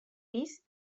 pis